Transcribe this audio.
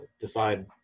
decide